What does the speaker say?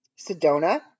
Sedona